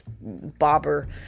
bobber